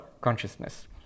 consciousness